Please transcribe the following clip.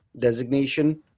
designation